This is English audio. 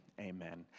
amen